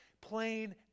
plain